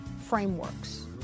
frameworks